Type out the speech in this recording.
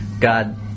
God